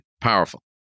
Powerful